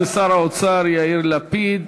תודה רבה לשר האוצר יאיר לפיד.